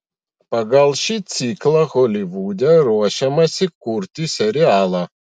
pagal šį ciklą holivude ruošiamasi kurti serialą